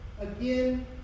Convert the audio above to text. again